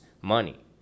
money